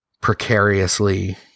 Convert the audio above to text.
precariously